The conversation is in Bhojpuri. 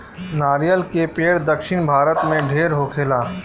नरियर के पेड़ दक्षिण भारत में ढेर होखेला